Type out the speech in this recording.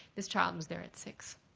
this child was there at six.